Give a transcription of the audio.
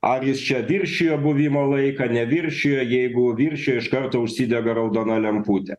ar jis čia viršijo buvimo laiką neviršijo jeigu viršijo iš karto užsidega raudona lemputė